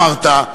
אמרת,